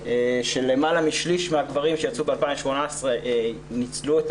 שלמעלה משליש מהגברים שיצאו ב-2018 ניצלו את